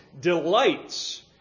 delights